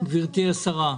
גבירתי השרה,